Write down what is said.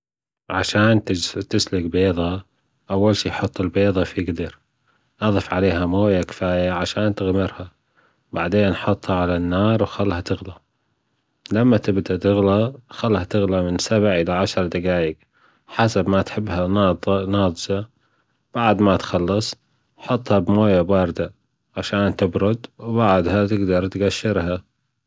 عشان تس- تسلج بيضه أول شي حط البيضه في جدر أضف عليها مويا كفاية عشان تغمرها وبعدين حطها على النار خليها تغلى لما تبدأ تغلى خليها تغلى من سبع لعشر دجايج حسب ما تحبها نا- ناضجة بعد ما تخلص حطها في مويا باردة عشان تبرد وبعدها تجدر تجشرها